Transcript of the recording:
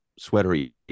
sweatery